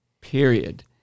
period